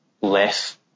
less